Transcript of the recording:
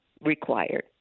required